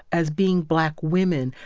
as being black women,